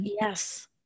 yes